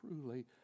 truly